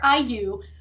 IU